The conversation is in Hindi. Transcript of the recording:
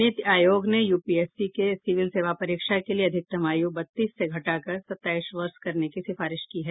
नीति आयोग ने यूपीएससी के सिविल सेवा परीक्षा के लिए अधिकतम आयू बत्तीस से घटा कर सत्ताईस वर्ष करने की सिफारिश की है